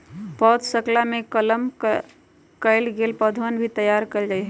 पौधशलवा में कलम कइल गैल पौधवन भी तैयार कइल जाहई